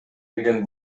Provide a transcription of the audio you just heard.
деген